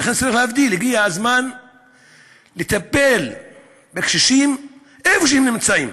ולכן צריך להבדיל: הגיע הזמן לטפל בקשישים איפה שהם נמצאים,